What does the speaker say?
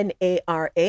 NARA